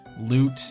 loot